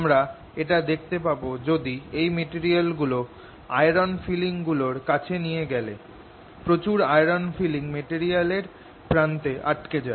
আমরা এটা দেখতে পাব যদি এই মেটেরিয়াল গুলো আয়রন ফিলিং গুলোর কাছে নিয়ে গেলে প্রছুর আয়রন ফিলিং মেটেরিয়াল এর প্রান্তে আটকে যায়